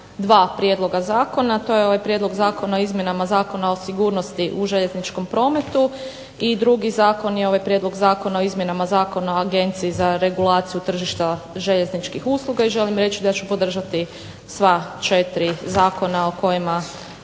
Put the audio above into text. dva prijedloga zakona. To je ovaj prijedlog zakona o izmjenama Zakona o sigurnosti u željezničkom prometu i drugi zakon je prijedlog zakona o izmjenama Zakona o Agenciji za regulaciju tržišta željezničkih usluga i želim reći da ću podržati sva 4 zakona o kojima